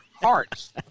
hearts